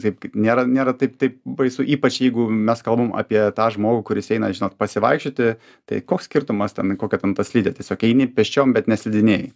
taip nėra nėra taip taip baisu ypač jeigu mes kalbam apie tą žmogų kuris eina žinot pasivaikščioti tai koks skirtumas ten kokia ten ta slidė tiesiog eini pėsčiom bet neslidinėji